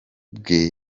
bwe